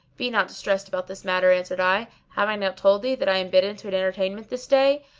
be not distressed about this matter, answered i have i not told thee that i am bidden to an entertainment this day?